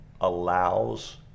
allows